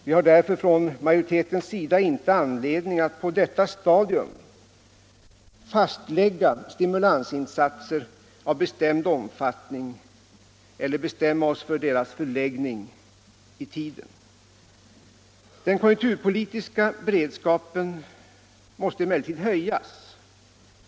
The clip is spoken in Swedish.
Vi har därför från majoritetens sida inte anledning att på detta stadium fastlägga stimulansinsatser av bestämd omfattning eller bestämma oss för deras förläggning i tiden. Den konjunkturpolitiska beredskapen måste emellertid höjas.